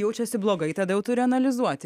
jaučiasi blogai tada jau turi analizuoti